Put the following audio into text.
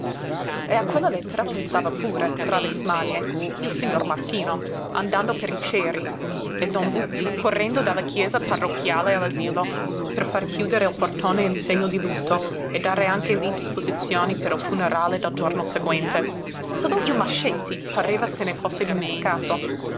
e a quella lettera pensava pure tra le smanie il signor martino andando per i ceri e don buti correndo dalla chiesa parrocchiale all'asilo per far chiudere il portone in segno di lutto e dare anche lí disposizioni per il funerale del giorno seguente solo il mascetti pareva se ne fosse dimenticato